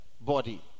body